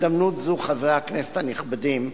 חברי הכנסת הנכבדים,